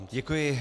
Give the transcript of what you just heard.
Děkuji.